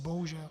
Bohužel.